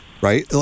right